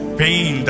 pain